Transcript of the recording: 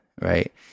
right